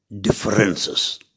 differences